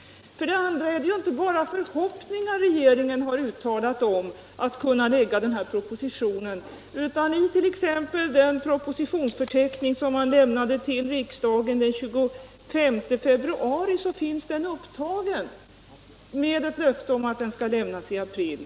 För det andra är det inte bara förhoppningar som regeringen har uttalat — Om åtgärder för att om att kunna lägga fram denna proposition. I t.ex. den propositions = förhindra utsläpp förteckning som lämnades till riksdagen den 25 februari finns denna av processavloppsproposition upptagen med ett löfte om att den skall läggas fram i april.